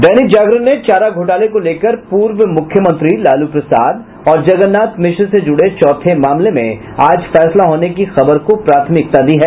दैनिक जागरण ने चारा घोटाले को लेकर पूर्व मुख्यमंत्री लालू प्रसाद और जगन्नाथ मिश्र से जुड़े चौथे मामले में आज फैसला होने की खबर को प्राथमिकता दी है